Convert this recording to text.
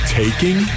taking